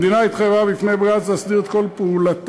המדינה התחייבה בפני בג"ץ להסדיר כל פעולה